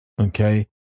okay